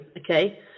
okay